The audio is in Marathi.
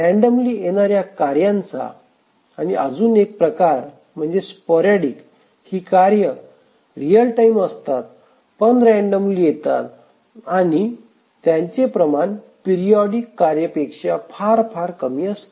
रॅण्डमली येणाऱ्या कार्यांचा आणि अजून एक प्रकार म्हणजे स्पोरॅडिक ही कार्ये रिअल टाइम असतात पण रॅण्डमली येतात आणि त्यांचे प्रमाण पिरीओडिक कार्य पेक्षा फार फार कमी असते